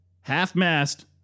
half-mast